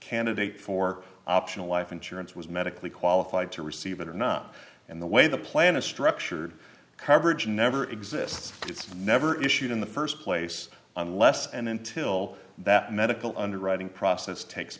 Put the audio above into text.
candidate for optional life insurance was medically qualified to receive it or not and the way the plan is structured coverage never exists it's never issued in the st place unless and until that medical underwriting process takes